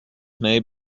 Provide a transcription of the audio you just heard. may